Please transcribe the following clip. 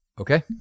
Okay